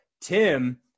Tim